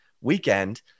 weekend